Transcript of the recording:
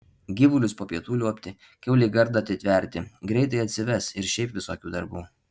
gyvulius po pietų liuobti kiaulei gardą atitverti greitai atsives ir šiaip visokių darbų